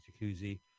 jacuzzi